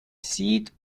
seat